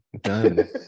Done